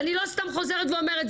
ואני לא סתם חוזרת ואומרת.